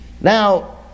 Now